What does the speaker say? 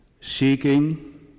seeking